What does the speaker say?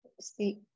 see